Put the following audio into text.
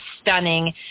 stunning